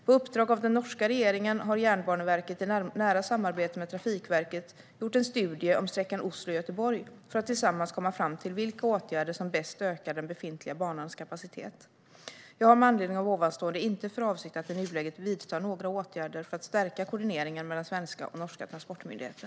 På uppdrag av den norska regeringen har Jernbaneverket i nära samarbete med Trafikverket gjort en studie om sträckan Oslo-Göteborg, för att tillsammans komma fram till vilka åtgärder som bäst ökar den befintliga banans kapacitet. Jag har med anledning av ovanstående inte för avsikt att i nuläget vidta några åtgärder för att stärka koordineringen mellan svenska och norska transportmyndigheter.